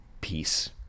peace